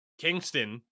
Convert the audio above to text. Kingston